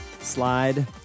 slide